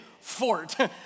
fort